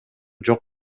жок